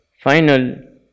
Final